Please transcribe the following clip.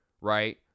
right